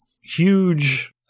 huge